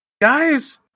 guys